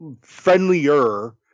friendlier